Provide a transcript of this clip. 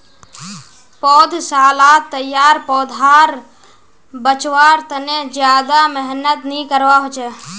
पौधसालात तैयार पौधाक बच्वार तने ज्यादा मेहनत नि करवा होचे